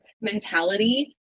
mentality